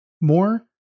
more